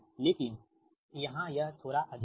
लेकिन यहाँ यह थोड़ा अधिक है